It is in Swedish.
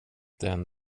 den